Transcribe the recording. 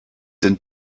denn